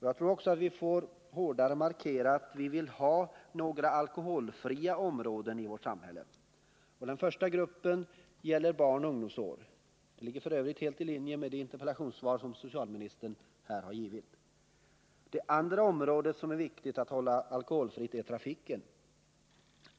Jag tror också att vi får hårdare markera att vi vill 17 december 1979 ha några alkoholfria områden i vårt samhälle. Den första gruppen gäller barnaoch ungdomsåren. Det ligger f. ö. helt i se Om åtgärder mot linje med det interpellationssvar som socialministern här har lämnat. missbruk av alko Det andra området som är viktigt att hålla alkoholfritt är trafiken.